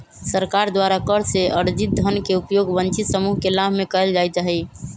सरकार द्वारा कर से अरजित धन के उपयोग वंचित समूह के लाभ में कयल जाईत् हइ